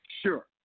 Sure